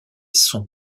sont